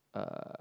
uh